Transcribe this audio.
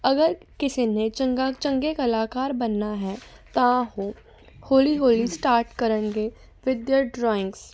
ਅਗਰ ਕਿਸੇ ਨੇ ਚੰਗਾ ਚੰਗੇ ਕਲਾਕਾਰ ਬਣਨਾ ਹੈ ਤਾਂ ਉਹ ਹੌਲੀ ਹੌਲੀ ਸਟਾਰਟ ਕਰਨਗੇ ਵਿਦ ਦਿਅਰ ਡਰਾਇੰਗਸ